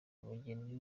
umugeni